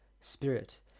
spirit